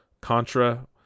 Contra